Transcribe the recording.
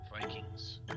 Vikings